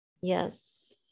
Yes